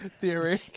Theory